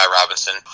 Robinson